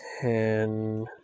ten